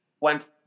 went